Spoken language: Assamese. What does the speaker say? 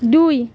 দুই